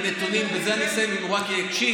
הנתונים, ובזה אני אסיים אם הוא רק יקשיב.